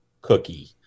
cookie